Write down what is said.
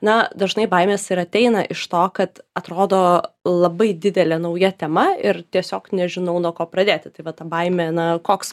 na dažnai baimės ir ateina iš to kad atrodo labai didelė nauja tema ir tiesiog nežinau nuo ko pradėti tai va ta baimė na koks